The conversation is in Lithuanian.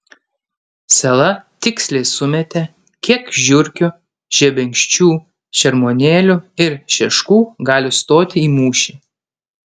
sela tiksliai sumetė kiek žiurkių žebenkščių šermuonėlių ir šeškų gali stoti į mūšį